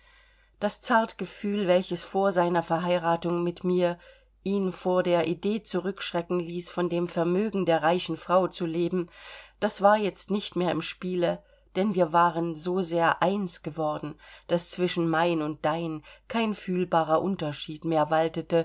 das zartgefühl welches vor seiner verheiratung mit mir ihn vor der idee zurückschrecken ließ von dem vermögen der reichen frau zu leben das war jetzt nicht mehr im spiele denn wir waren so sehr eins geworden daß zwischen mein und dein kein fühlbarer unterschied mehr waltete